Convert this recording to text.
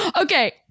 Okay